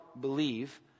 believe